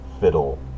fiddle